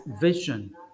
vision